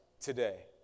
today